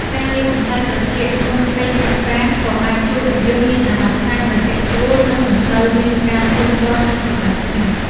ការលាបម្សៅត្រជាក់មុនពេលហាត់ប្រាណក៏អាចជួយឱ្យយើងមានអារម្មណ៍ថាត្រជាក់ស្រួលនិងមិនសូវមានការធុញទ្រាន់នឹងកម្តៅថ្ងៃ។